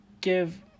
give